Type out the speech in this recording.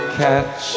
catch